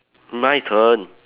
my turn